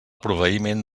proveïment